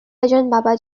এজন